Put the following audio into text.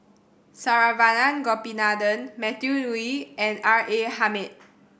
Saravanan Gopinathan Matthew Ngui and R A Hamid